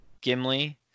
Gimli